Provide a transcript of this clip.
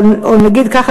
או נגיד כך,